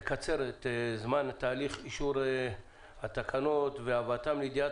לקצר את זמן תהליך אישור התקנות והבאתן לידיעת